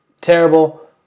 terrible